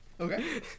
Okay